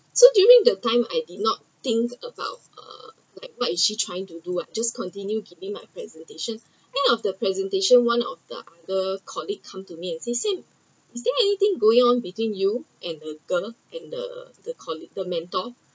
so during the time I did not think about uh like what is she trying to do I just continue giving my presentation end of the presentation one of the other colleague come to me and said sam is there anything going on between you and the girl and the the colleague the mentor